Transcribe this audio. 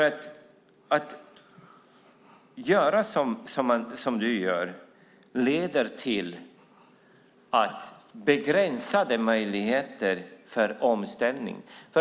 Att göra som du gör leder till begränsade möjligheter till omställning.